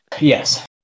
Yes